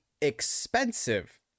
expensive